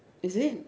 is it